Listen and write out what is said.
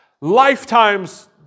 Lifetimes